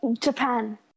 Japan